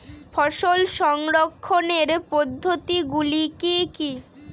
ফসল সংরক্ষণের পদ্ধতিগুলি কি কি?